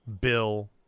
Bill